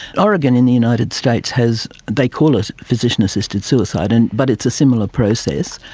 oregon in the united states has, they call it physician assisted suicide, and but it's a similar process,